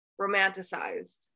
romanticized